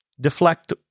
deflect